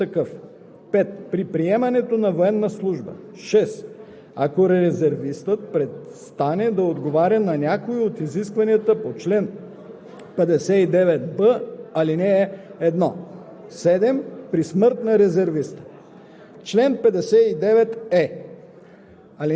или по договора; 4. при отнет или отказан достъп до класифицирана информация, ако заеманата длъжност изисква такъв; 5. при приемане на военна служба; 6. ако резервистът престане да отговаря на някое от изискванията по чл.